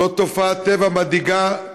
זאת תופעת טבע מדאיגה.